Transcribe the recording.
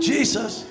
Jesus